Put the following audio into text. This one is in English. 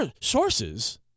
Sources